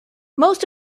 most